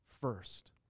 first